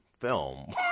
film